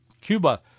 Cuba